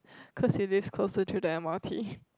cause it is closer to the m_r_t